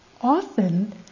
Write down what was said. often